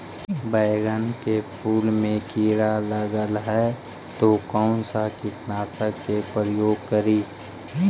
बैगन के फुल मे कीड़ा लगल है तो कौन कीटनाशक के प्रयोग करि?